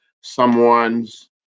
someone's